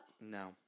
No